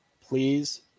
please